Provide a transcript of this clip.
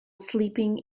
sleeping